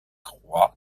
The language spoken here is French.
roy